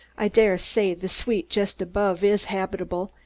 i dare say the suite just above is habitable,